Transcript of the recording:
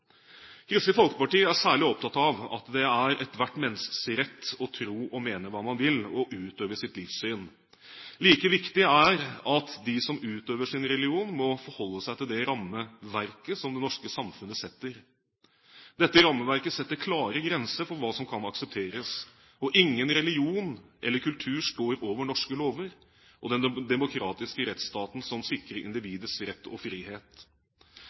Kristelig Folkeparti er særlig opptatt av at det er ethvert menneskes rett å tro og mene hva man vil, og utøve sitt livssyn. Like viktig er det at de som utøver sin religion, må forholde seg til det rammeverket som det norske samfunnet setter. Dette rammeverket setter klare grenser for hva som kan aksepteres. Ingen religion eller kultur står over norske lover og den demokratiske rettsstaten som sikrer individets rett og frihet.